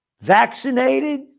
vaccinated